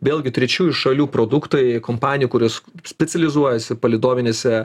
vėlgi trečiųjų šalių produktai kompanijų kurios specializuojasi palydovinėse